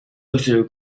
also